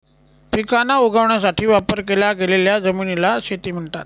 पिकांना उगवण्यासाठी वापर केल्या गेलेल्या जमिनीला शेती म्हणतात